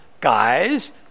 guys